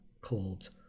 called